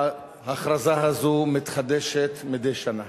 ההכרזה הזו מתחדשת מדי שנה.